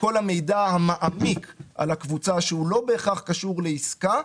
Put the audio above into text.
כל המידע המעמיק על הקבוצה שהוא לא בהכרח קשור לעסקה,